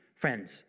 Friends